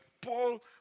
Paul